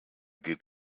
geht